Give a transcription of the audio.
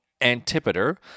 Antipater